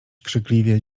krzykliwie